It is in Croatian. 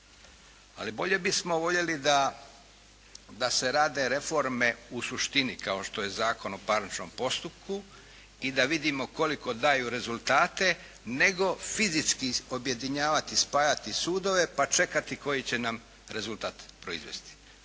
Ali bolje bismo voljeli da se rade reforme u suštini kao što je Zakon o parničnom postupku i da vidimo koliko daju rezultate nego fizički objedinjavati, spajati sudove pa čekati koji će nam rezultat proizvesti